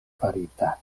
farita